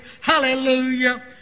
Hallelujah